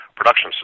production